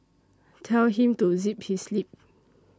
tell him to zip his lip